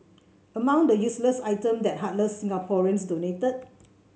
among the useless items that heartless Singaporeans donated